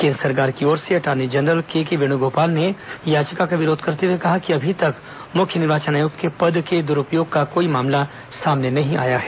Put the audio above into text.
केन्द्र सरकार की ओर से attorney general K K Venugopal ने याचिका का विरोध करते हुए कहा कि अभी तक मुख्य निर्वाचन आयुक्त के पद के द्रूपयोग का कोई मामला सामने नहीं आया है